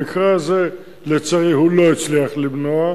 במקרה הזה, לצערי, הוא לא הצליח למנוע,